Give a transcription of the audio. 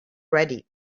ready